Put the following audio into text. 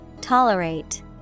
Tolerate